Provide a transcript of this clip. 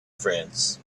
friends